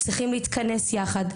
צריכים להתכנס יחד,